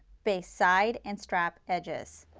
baste side and strap edges.